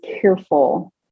careful